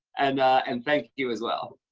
and and thank you as well.